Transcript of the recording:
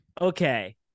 Okay